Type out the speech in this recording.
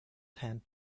tend